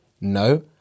no